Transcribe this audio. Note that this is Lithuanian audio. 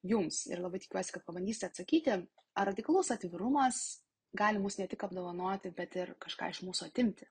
jums ir labai tikiuosi kad pabandysite atsakyti ar radikalus atvirumas gali mus ne tik apdovanoti bet ir kažką iš mūsų atimti